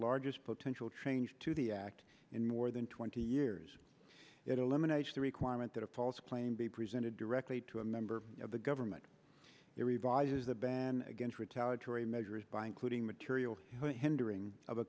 largest potential change to the act in more than twenty years it eliminates the requirement that a false claim be presented directly to a member of the government it revises the ban against retaliatory measures by including material or hindering of a